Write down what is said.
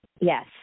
Yes